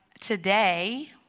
today